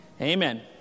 Amen